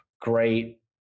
great